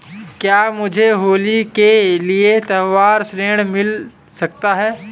क्या मुझे होली के लिए त्यौहारी ऋण मिल सकता है?